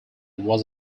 was